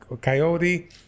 Coyote